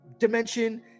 dimension